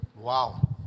Wow